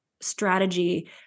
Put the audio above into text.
strategy